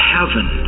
Heaven